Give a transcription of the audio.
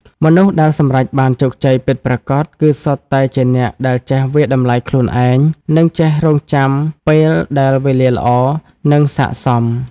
មនុស្សដែលសម្រេចបានជោគជ័យពិតប្រាកដ គឺសុទ្ធតែជាអ្នកដែលចេះវាយតម្លៃខ្លួនឯង និងចេះរង់ចាំពេលដែលវេលាល្អ និងសាកសម។